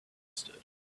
stood